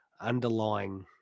underlying